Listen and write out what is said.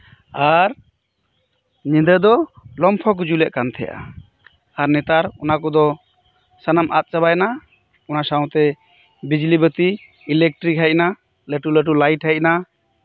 ᱟᱨ ᱧᱤᱫᱟᱹ ᱫᱚ ᱞᱚᱢᱯᱷᱚᱠᱚ ᱡᱩᱞᱮᱫ ᱠᱟᱱ ᱛᱟᱦᱮᱸᱫᱼᱟ ᱟᱨ ᱱᱮᱛᱟᱨ ᱚᱱᱟ ᱠᱚᱫᱚ ᱥᱟᱱᱟᱢ ᱟᱫ ᱪᱟᱵᱟᱭᱮᱱᱟ ᱚᱱᱟ ᱥᱟᱶᱛᱮ ᱵᱤᱡᱽᱞᱤ ᱵᱟᱹᱛᱤ ᱤᱞᱮᱠᱴᱨᱤᱠ ᱦᱮᱡ ᱮᱱᱟ ᱞᱟᱹᱴᱩ ᱞᱟᱹᱴᱩ ᱞᱟᱹᱭᱤᱴ ᱦᱮᱡ ᱮᱱᱟ